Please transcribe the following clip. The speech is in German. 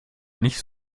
nicht